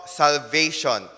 salvation